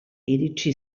iritsi